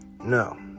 No